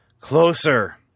Closer